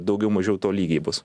daugiau mažiau tolygiai bus